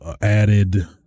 added